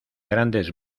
grandes